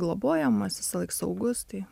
globojamas visąlaik saugus tai